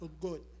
Good